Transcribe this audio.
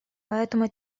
поэтому